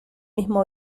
mismo